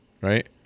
right